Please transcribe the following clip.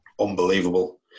unbelievable